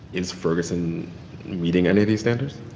is ferguson meeting any of these standards?